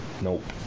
Nope